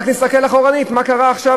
רק להסתכל אחורנית מה קרה עכשיו,